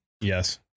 yes